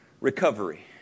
Recovery